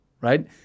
right